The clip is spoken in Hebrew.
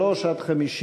סעיפים 33 50 נתקבלו.